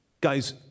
Guys